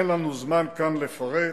אין לנו זמן כאן לפרט,